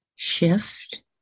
shift